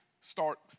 start